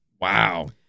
Wow